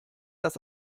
das